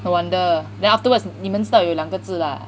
no wonder then afterwards 你们知道有两个字 lah